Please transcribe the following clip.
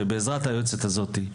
שבעזרת היועצת הזאתי,